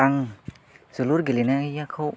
आं जोलुर गेलेनायखौ